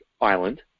island